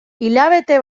hilabete